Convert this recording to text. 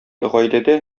гаиләдә